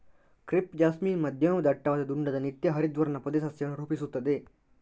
crepe jasmine ಮಧ್ಯಮ ದಟ್ಟವಾದ ದುಂಡಾದ ನಿತ್ಯ ಹರಿದ್ವರ್ಣ ಪೊದೆ ಸಸ್ಯವನ್ನು ರೂಪಿಸುತ್ತದೆ